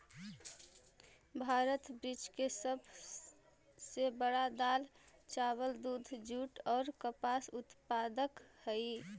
भारत विश्व के सब से बड़ा दाल, चावल, दूध, जुट और कपास उत्पादक हई